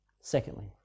Secondly